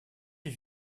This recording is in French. les